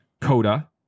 coda